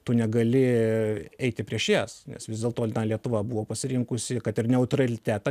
tu negali eiti prieš jas nes vis dėlto lietuva buvo pasirinkusi kad ir neutralitetą